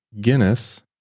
Guinness